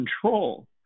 control